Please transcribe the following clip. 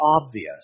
obvious